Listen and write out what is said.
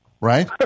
Right